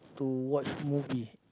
to watch movie